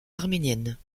arménienne